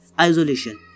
isolation